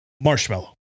marshmallow